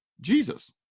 Jesus